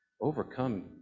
Overcome